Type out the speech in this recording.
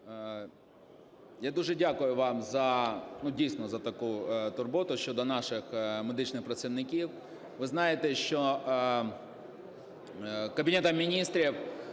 Я дуже дякую вам, дійсно, за таку турботу щодо наших медичних працівників. Ви знаєте, що Кабінетом Міністрів,